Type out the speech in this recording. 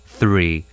Three